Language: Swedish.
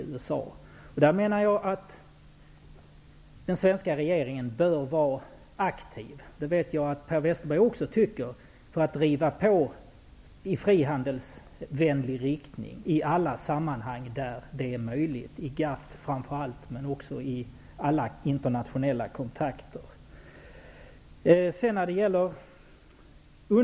Jag menar att den svenska regeringen bör vara aktiv -- det vet jag att Per Westerberg också tycker -- för att driva på i frihandelsvänlig riktning i alla sammanhang där det är möjligt, framför allt i GATT men också vid alla internationella kontakter.